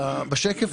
לא להיגרר למקומות